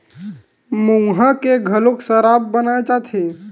मउहा के घलोक सराब बनाए जाथे